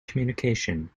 communication